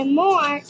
more